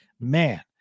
man